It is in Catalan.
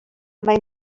mai